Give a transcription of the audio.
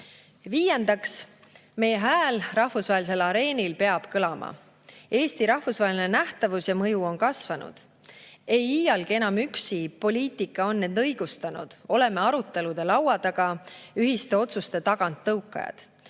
Viiendaks, meie hääl rahvusvahelisel areenil peab kõlama. Eesti rahvusvaheline nähtavus ja mõju on kasvanud. "Ei iialgi enam üksi" poliitika on end õigustanud, oleme arutelude laua taga ühiste otsuste taganttõukajad.